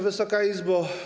Wysoka Izbo!